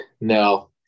No